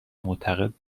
معتقد